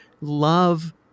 love